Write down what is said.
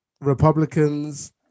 Republicans